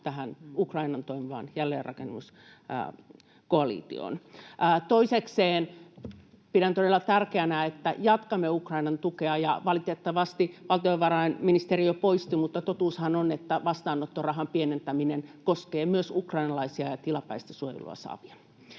tähän Ukrainan toimivaan jälleenrakennuskoalitioon. Toisekseen, pidän todella tärkeänä, että jatkamme Ukrainan tukea. Valitettavasti valtiovarainministeri jo poistui, mutta totuushan on, että vastaanottorahan pienentäminen koskee myös ukrainalaisia ja tilapäistä suojelua saavia.